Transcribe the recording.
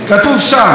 כתוב שם: